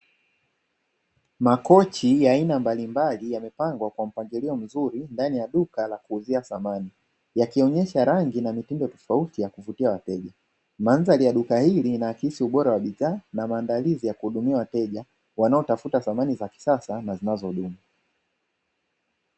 Makochi ya aina mbalimbali yamepangwa katika mpangilio mzuri ndani ya duka la kuuzia samani, yakionyesha rangi na mitindo tofauti ya kuvutia wateja mandhari ya duka hili inaakisi ubora wa bidhaa na maandalizi ya kuwahudumia wateja wanaotafuta samani za kisasa na zinazodumu.